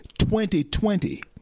2020